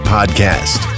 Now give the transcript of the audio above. Podcast